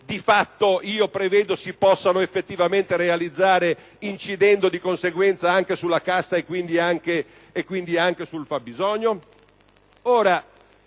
di fatto, si prevede possano essere effettivamente realizzate, incidendo di conseguenza sulla cassa e quindi anche sul fabbisogno?